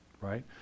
Right